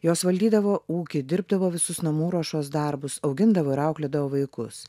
jos valdydavo ūkį dirbdavo visus namų ruošos darbus augindavo ir auklėdavo vaikus